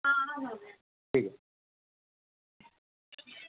ठीक ऐ